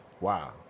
Wow